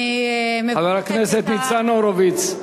אני מברכת את, חבר הכנסת ניצן הורוביץ.